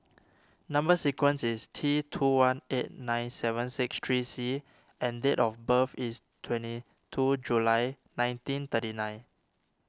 Number Sequence is T two one eight nine seven six three C and date of birth is twenty two July nineteen thirty nine